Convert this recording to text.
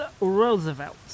Roosevelt